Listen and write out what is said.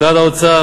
משרד האוצר,